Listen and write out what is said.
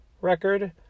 record